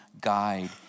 guide